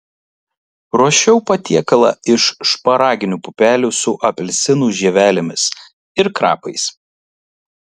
ruošiau patiekalą iš šparaginių pupelių su apelsinų žievelėmis ir krapais